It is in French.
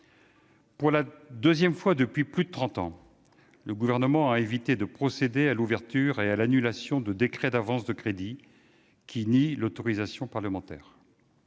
Pour la deuxième fois depuis plus de trente ans, le Gouvernement a évité de procéder à l'ouverture et à l'annulation de décrets d'avance de crédits qui nient l'autorisation parlementaire.